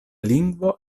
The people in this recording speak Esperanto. lingvo